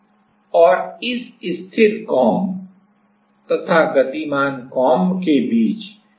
ठीक है और इस स्थिर कॉम्ब तथा गतिमान कॉम्ब के बीच वोल्टेज लगाया जाता है